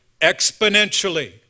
exponentially